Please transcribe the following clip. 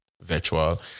virtual